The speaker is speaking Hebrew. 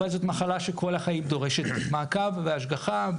אבל זאת מחלה שכל החיים דורשת מעקב והשגחה,